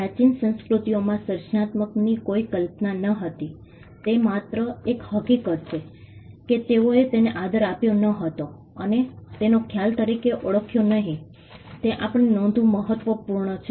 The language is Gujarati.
પ્રાચીન સંસ્કૃતિઓમાં સર્જનાત્મકતાની કોઈ કલ્પના નહોતી તે માત્ર એક હકીકત છે કે તેઓએ તેને આદર આપ્યો નહતો અને તેને ખ્યાલ તરીકે ઓળખ્યો નહિ તે આપણે નોંધવું મહત્વપૂર્ણ છે